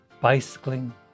bicycling